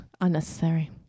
Unnecessary